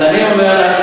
אז אני אומר לך,